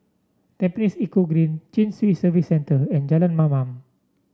Tampines Eco Green Chin Swee Service Centre and Jalan Mamam